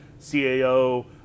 CAO